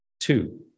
Two